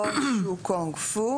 או-שו קונג-פו